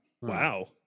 Wow